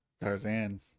Tarzan